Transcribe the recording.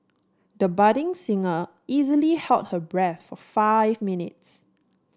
the budding singer easily held her breath for five minutes